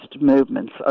movements